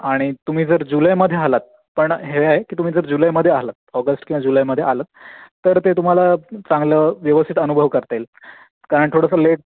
आणि तुम्ही जर जुलैमध्ये आलात पण हे आहे की तुम्ही जर जुलैमध्ये आलात ऑगस्ट किंवा जुलैमध्ये आलात तर ते तुम्हाला चांगलं व्यवस्थित अनुभव करता येईल कारण थोडंसं लेट